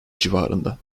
civarında